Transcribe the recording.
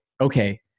okay